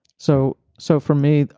so so for me,